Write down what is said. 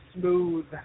smooth